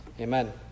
amen